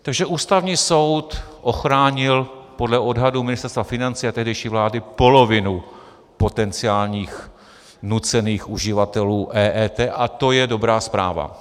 Takže Ústavní soud ochránil podle odhadu Ministerstva financí a tehdejší vlády polovinu potenciálních nucených uživatelů EET a to je dobrá zpráva.